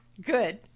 Good